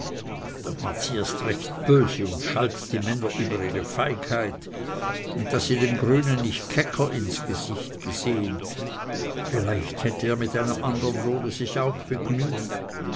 da ward sie erst recht böse und schalt die männer über ihre feigheit und daß sie dem grünen nicht kecker ins gesicht gesehen vielleicht hätte er mit einem andern lohne sich auch begnügt